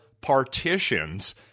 partitions